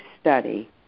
study